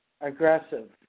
aggressive